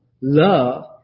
Love